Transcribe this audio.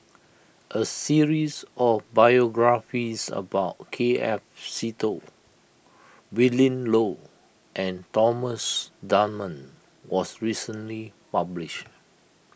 a series of biographies about K F Seetoh Willin Low and Thomas Dunman was recently published